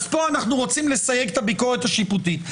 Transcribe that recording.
פה אנחנו רוצים לסייג את הביקורת השיפוטית.